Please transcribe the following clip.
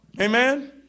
Amen